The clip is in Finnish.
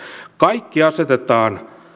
kaikki